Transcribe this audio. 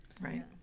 right